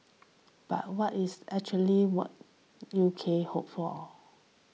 but what is actually what U K hopes for